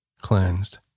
cleansed